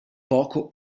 poco